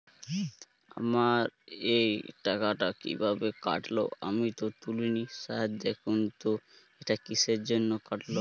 আমার এই টাকাটা কীভাবে কাটল আমি তো তুলিনি স্যার দেখুন তো এটা কিসের জন্য কাটল?